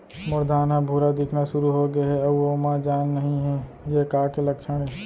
मोर धान ह भूरा दिखना शुरू होगे हे अऊ ओमा जान नही हे ये का के लक्षण ये?